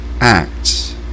acts